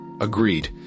Agreed